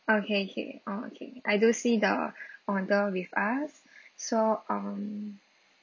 okay K okay I do see the order with us so um